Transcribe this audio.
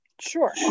Sure